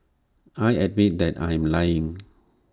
I admit that I am lying